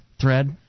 thread